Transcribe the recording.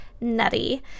nutty